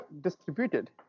distributed